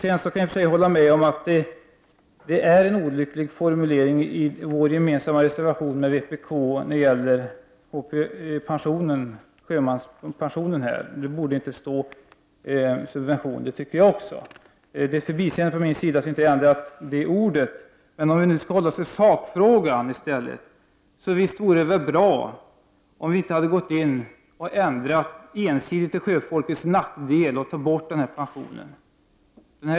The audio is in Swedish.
Jag kan hålla med om att formuleringen är olycklig i den reservation som vi har gemensamt med vpk och som handlar om sjömanspensionen. Också jag anser att uttrycket ”subvention” inte borde finnas med. Om vi nu i stället skall hålla oss till sakfrågan, vore det väl bra om vi inte hade gått in och ensi digt ändrat till sjöfolkets nackdel genom att ta bort sjömanspensionen.